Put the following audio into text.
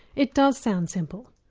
it does sound simple.